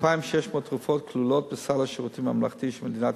2,600 תרופות כלולות בסל השירותים הממלכתי של מדינת